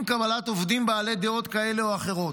קבלת עובדים בעלי דעות כאלה או אחרות.